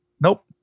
Nope